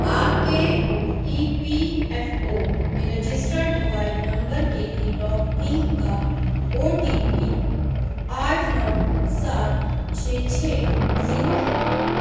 آپ کے E P F O میں رجسٹرڈ موبائل نمبر کے لیے لاگ ان کا او ٹی پی آٹھ نو سات چھ چھ زیرو ہے